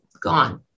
gone